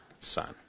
son